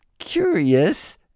Curious